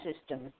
system